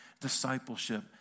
discipleship